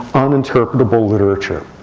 uninterpretable literature.